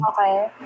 okay